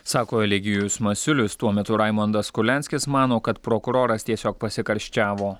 sako eligijus masiulis tuo metu raimondas kurlianskis mano kad prokuroras tiesiog pasikarščiavo